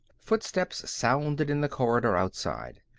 footsteps sounded in the corridor outside.